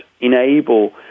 enable